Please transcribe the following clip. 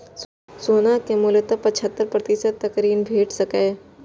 सोना के मूल्यक पचहत्तर प्रतिशत तक ऋण भेट सकैए